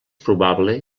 probable